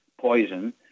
poison